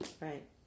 right